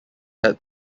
had